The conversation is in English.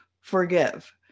forgive